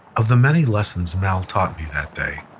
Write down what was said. of the many lessons mal taught me that day,